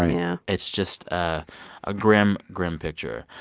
ah yeah it's just a ah grim, grim picture.